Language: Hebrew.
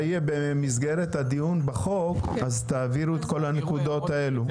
במסגרת הדיון בחוק תעבירו את כל הנקודות האלה.